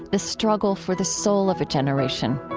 the struggle for the soul of a generation.